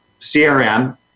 CRM